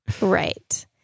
Right